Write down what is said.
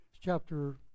chapter